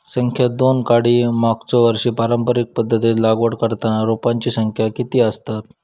संख्या दोन काडी मागचो वर्षी पारंपरिक पध्दतीत लागवड करताना रोपांची संख्या किती आसतत?